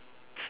s~